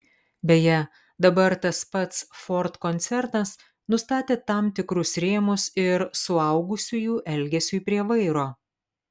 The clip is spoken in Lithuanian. beje dabar tas pats ford koncernas nustatė tam tikrus rėmus ir suaugusiųjų elgesiui prie vairo